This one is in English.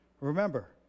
Remember